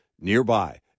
nearby